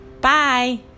Bye